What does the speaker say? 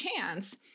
chance